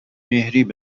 بدهید